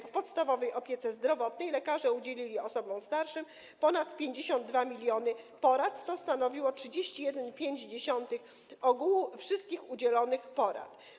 W podstawowej opiece zdrowotnej lekarze udzielili osobom starszym ponad 52 mln porad, co stanowiło 31,5% ogółu wszystkich udzielonych porad.